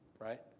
right